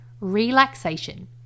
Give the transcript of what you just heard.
Relaxation